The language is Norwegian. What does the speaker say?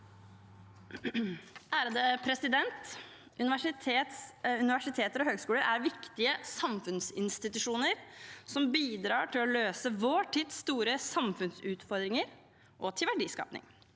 (Sp) Universi- teter og høyskoler er viktige samfunnsinstitusjoner som bidrar til å løse vår tids store samfunnsutfordringer og til verdiskaping.